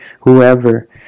whoever